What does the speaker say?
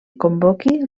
convoqui